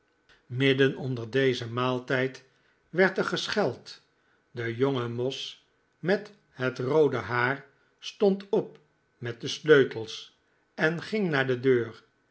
midden onder dezen maaltijd werd er gescheld de jonge moss met het roode haar stond op met de sleutels en ging naar de deur